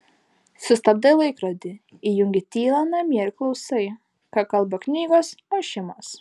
sustabdai laikrodį įjungi tylą namie ir klausai ką kalba knygos ošimas